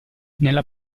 nella